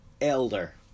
elder